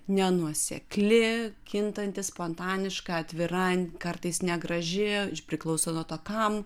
nenuosekli kintanti spontaniška atvira kartais negraži priklauso nuo to kam